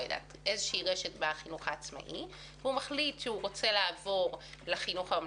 מסוימת בחינוך העצמאי והוא מחליט שהוא רוצה לעבור לחינוך הממלכתי-חרדי,